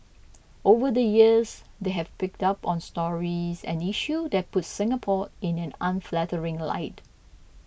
over the years they have picked up on stories and issue that puts Singapore in an unflattering light